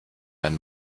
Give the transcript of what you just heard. wenn